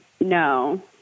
No